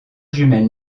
jumelle